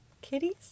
Kitties